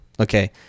Okay